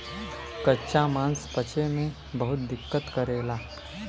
कच्चा मांस पचे में बहुत दिक्कत करेला